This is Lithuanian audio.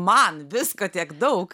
man visko tiek daug